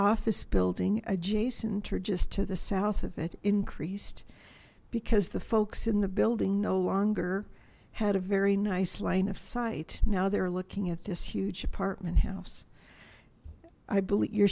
office building adjacent or just to the south of it increased because the folks in the building no longer had a very nice line of sight now they're looking at this huge apartment house i believe you're